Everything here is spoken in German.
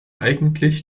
eigentlich